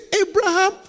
Abraham